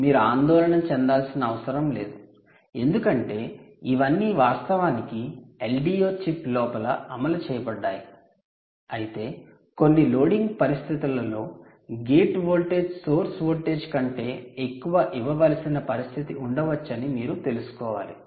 మళ్ళీ మీరు ఆందోళన చెందాల్సిన అవసరం లేదు ఎందుకంటే ఇవన్నీ వాస్తవానికి LDO చిప్ లోపల అమలు చేయబడ్డాయి అయితే కొన్ని లోడింగ్ పరిస్థితులలో గేట్ వోల్టేజ్ సోర్స్ వోల్టేజ్ కంటే ఎక్కువ ఇవ్వవలసిన పరిస్థితి ఉండవచ్చని మీరు తెలుసుకోవాలి